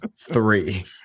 three